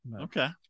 Okay